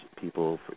people